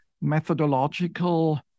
methodological